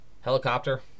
helicopter